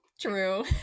true